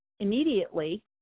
immediately